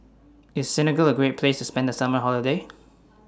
IS Senegal A Great Place to spend The Summer Holiday